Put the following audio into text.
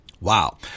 Wow